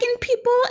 people